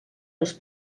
els